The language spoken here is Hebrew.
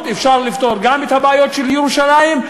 אפשר לפתור גם את הבעיות של ירושלים,